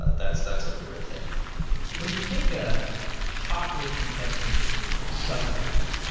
ah that's that's a newer thing when you take a hotly contested subject,